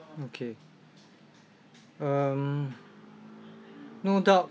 okay um no doubt